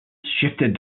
shifted